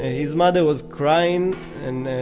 his mother was crying and